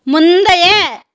முந்தைய